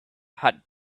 had